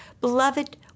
Beloved